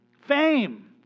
Fame